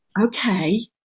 Okay